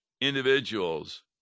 individuals